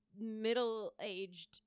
middle-aged